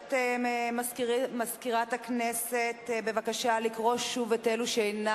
מבקשת ממזכירת הכנסת לקרוא שוב את שמות